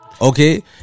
Okay